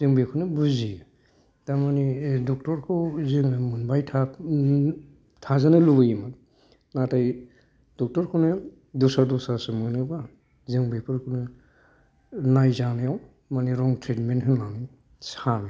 जों बेखौनो बुजियो तारमानि डक्ट'रखौ जों मोनबाय थाजानो लुबैयो नाथाय डक्ट'रखौनो दस्रा दस्रासो मोनोबा जों बेफोरखौनो नायजानायाव माने रं ट्रिटमेन्ट होन्नानै सानो